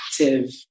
active